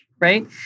Right